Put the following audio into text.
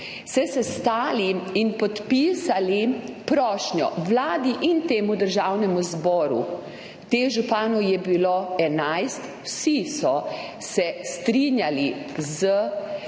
sestali in podpisali prošnjo Vladi in Državnemu zboru. Teh županov je bilo 11, vsi so se strinjali s